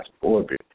orbit